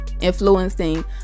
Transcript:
influencing